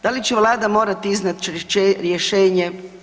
Da li će Vlada morati iznaći rješenje?